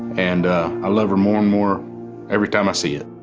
and i love her more and more every time i see it.